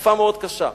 תקופה מאוד קשה.